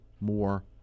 more